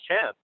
chance